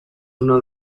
uno